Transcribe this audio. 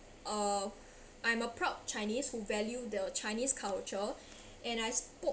uh I'm a proud chinese who value the chinese culture and I spoke